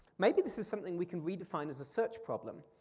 maybe this is something we can redefine as a search problem.